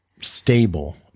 stable